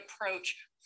approach